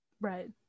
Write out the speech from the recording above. right